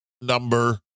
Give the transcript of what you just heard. number